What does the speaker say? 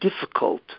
difficult